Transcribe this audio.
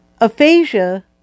Aphasia